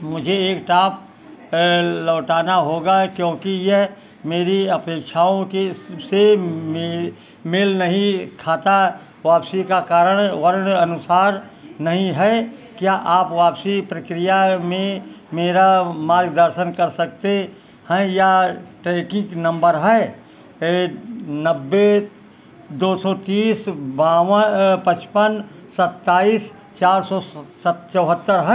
मुझे एक टॉप लौटाना होगा क्योंकि यह मेरी अपेक्षाओं के से मेल नहीं खाता वापसी का कारण वर्ण अनुसार नहीं है क्या आप वापसी प्रक्रिया में मेरा मार्गदर्शन कर सकते हैं यहाँ ट्रैकिन्ग नम्बर है नब्बे दो सौ तीस बावन पचपन सत्ताइस चार सौ चौहत्तर है